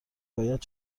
باید